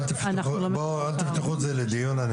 אל תפתחו את זה לדיון, אני